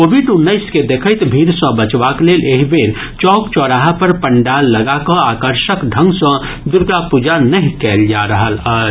Covid उन्नैस के देखैत भीड़ सँ बचबाक लेल एहि बेर चौक चौराहा पर पंडाल लगा कऽ आकर्षक ढंग सँ दुर्गा पूजा नहि कयल जा रहल अछि